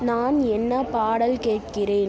நான் என்ன பாடல் கேட்கிறேன்